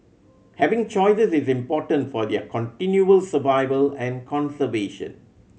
having choices is important for their continual survival and conservation